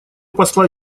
посла